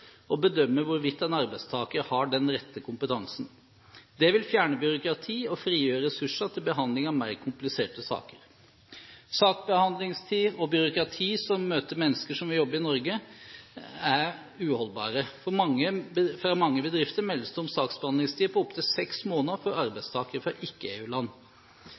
å bedømme hvorvidt en arbeidstaker har den rette kompetansen. Det vil fjerne byråkrati og frigjøre ressurser til behandling av mer kompliserte saker. Saksbehandlingstiden og byråkratiet som møter mennesker som vil jobbe i Norge, er uholdbare. Fra mange bedrifter meldes det om saksbehandlingstid på opptil seks måneder for arbeidstakere fra